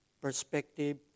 perspective